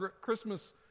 Christmas